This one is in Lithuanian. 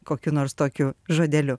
kokiu nors tokiu žodeliu